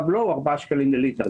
והבלו הוא 4 שקלים לליטר.